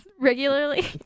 regularly